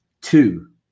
two